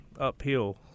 uphill